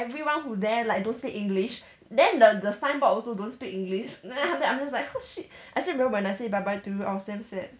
everyone who there like don't speak english then the the signboard also don't speak english then after that I'm just like oh shit I still remember when I said bye bye to you I was damn sad